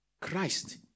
Christ